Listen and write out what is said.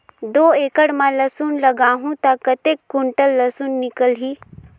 दो एकड़ मां लसुन लगाहूं ता कतेक कुंटल लसुन निकल ही?